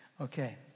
Okay